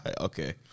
Okay